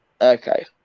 Okay